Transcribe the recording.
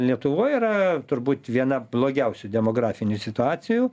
lietuvoj yra turbūt viena blogiausių demografinių situacijų